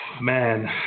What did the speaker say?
Man